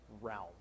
realm